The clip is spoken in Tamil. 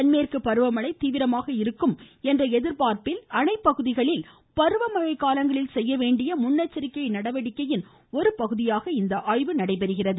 தென்மேற்கு பருவமழை தீவிரமாக இருக்கும் என்ற எதிர்பார்ப்பில் அணைப்பகுதிகளில் பருவமழைக்காலங்களில் செய்ய வேண்டிய முன்னெச்சரிக்கை நடவடிக்கையின் ஒரு பகுதியாக இந்த ஆய்வு நடைபெறுகிறது